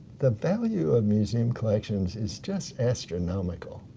the value of museum collections is just astronomical